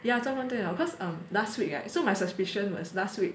ya 做工电脑 because um last week [right] so my suspicion was last week